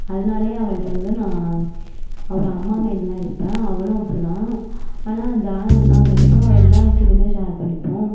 அதனாலயே அவள்கிட்ட வந்து நான் ஒரு அம்மா மாரி தான் இருப்பேன் அவளும் அப்டி தான் ஆனால் ஜா நாங்கள் ரெண்டு பேரும் எல்லா விஷயத்தையுமே ஷேர் பண்ணிப்போம்